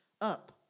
up